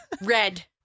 Red